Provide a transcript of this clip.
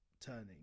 turning